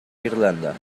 irlanda